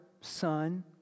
Son